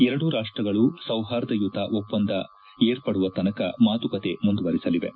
ಎರಡೂ ರಾಷ್ಟಗಳು ಸೌಹಾರ್ದಯುತ ಒಪ್ಪಂದ ಏರ್ಪಡುವತನಕ ಮಾತುಕತೆ ಮುಂದುವರೆಸಲಿವೆ